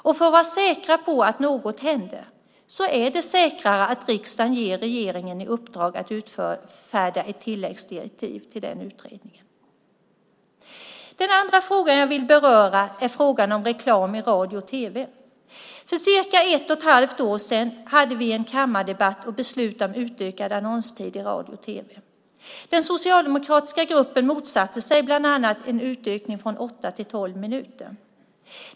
För att vi ska vara säkra på att något händer är det bättre att riksdagen ger regeringen i uppdrag att utfärda tilläggsdirektiv till den utredningen. Den andra frågan jag vill beröra är frågan om reklam i radio och tv. För cirka ett och ett halvt år sedan hade vi en kammardebatt och fattade beslut om utökad annonstid i radio och tv. Den socialdemokratiska gruppen motsatte sig bland annat en utökning från åtta till tolv minuter.